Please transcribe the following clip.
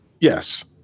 Yes